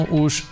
os